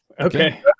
Okay